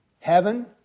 Heaven